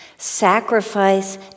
sacrifice